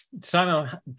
Simon